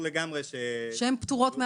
שהן פטורות מאגרה.